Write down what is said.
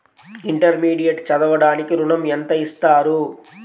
Intermediate చదవడానికి ఋణం ఎంత ఇస్తారు?